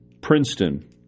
Princeton